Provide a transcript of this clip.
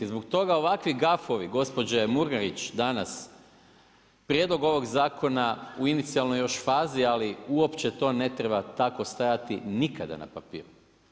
Zbog toga ovakvi gafovi, gospođe Murganić danas, prijedlog ovog zakona u inicijalnoj još fazi, ali uopće to ne treba tako stajati nikada na papiru.